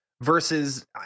versus